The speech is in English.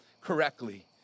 correctly